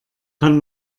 kann